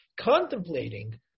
contemplating